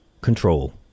control